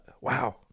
Wow